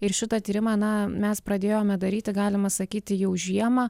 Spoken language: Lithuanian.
ir šitą tyrimą na mes pradėjome daryti galima sakyti jau žiemą